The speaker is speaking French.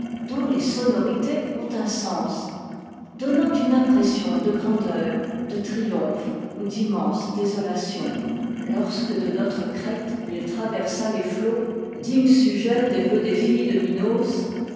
dont les sonorités ont un sens donnant une impression de grandeur de triomphe ou d'immense désolation lorsque de notre crète il traversa les flots digne sujet des vœux des filles de minos